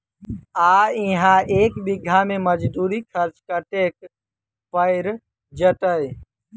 आ इहा एक बीघा मे मजदूरी खर्च कतेक पएर जेतय?